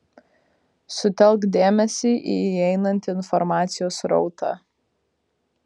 sutelk dėmesį į įeinantį informacijos srautą